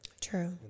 true